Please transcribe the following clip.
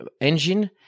engine